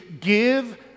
give